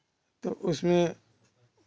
तो उसमें